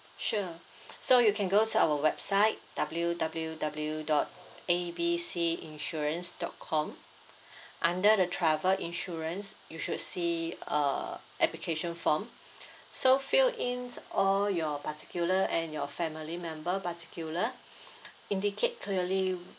sure so you can go to our website W W W dot A B C insurance dot com under the travel insurance you should see uh application form so fill ins all your particular and your family member particular indicate clearly you